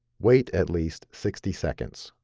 wait at least sixty seconds.